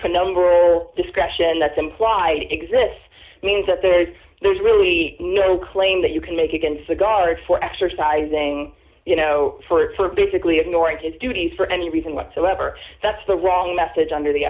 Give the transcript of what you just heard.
poll number discretion that's implied exists means that there is there's really no claim that you can make against a guard for exercising you know for basically ignoring his duties for any reason whatsoever that's the wrong message under the